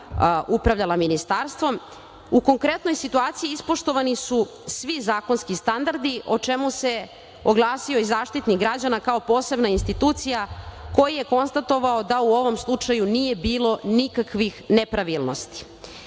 upravljala ministarstvom, u konkretnoj situaciji ispoštovani svi zakonski standardi o čemu se oglasio i Zaštitnik građana kao posebna institucija, koji je konstatovao da u ovom slučaju nije bilo nikakvih nepravilnosti. Pored